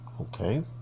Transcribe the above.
Okay